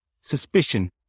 Suspicion